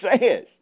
says